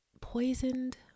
poisoned